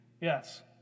Yes